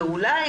ואולי,